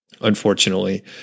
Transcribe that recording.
unfortunately